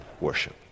worship